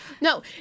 no